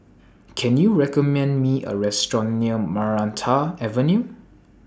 Can YOU recommend Me A Restaurant near Maranta Avenue